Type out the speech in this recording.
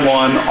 one